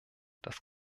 dass